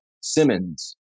Simmons